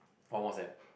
on Whatsapp